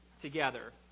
together